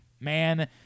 man